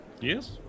Yes